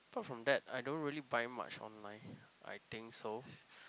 apart from that I don't really buy much online I think so